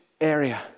area